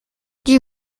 die